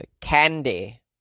candy